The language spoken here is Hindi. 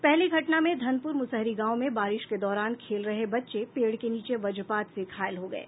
पहली घटना में धनपुर मुसहरी गांव में बारिश के दौरान खेल रहे बच्चे पेड़ के नीचे वजपात से घायल हो गये